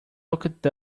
looked